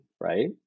right